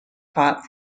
caught